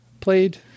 played